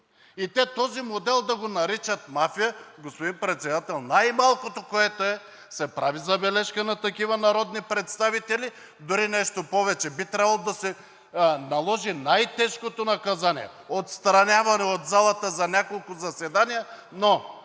съюз, този модел да го наричат мафия?! Господин Председател, най-малкото е да се прави забележка на такива народни представители. Дори нещо повече – би трябвало да се наложи най-тежкото наказание – отстраняване от залата за няколко заседания, на